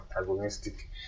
antagonistic